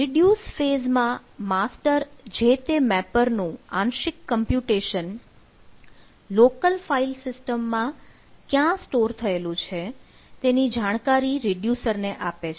reduce phase માં master જે તે મેપરનું આંશિક કમ્પ્યુટેશન લોકલ ફાઇલ સિસ્ટમ માં ક્યાં સ્ટોર થયેલું છે તેની જાણકારી રીડ્યુસર ને આપે છે